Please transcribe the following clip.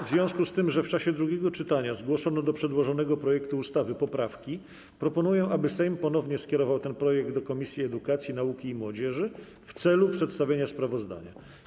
W związku z tym, że w czasie drugiego czytania zgłoszono do przedłożonego projektu ustawy poprawki, proponuję, aby Sejm ponownie skierował ten projekt do Komisji Edukacji, Nauki i Młodzieży w celu przedstawienia sprawozdania.